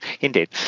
indeed